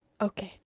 Okay